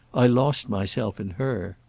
i lost myself in her.